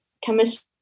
chemistry